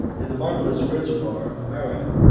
and the marvellous reservoir of merab,